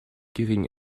gering